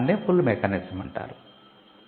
దానినే pull mechanism అంటాము